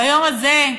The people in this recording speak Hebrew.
ביום הזה,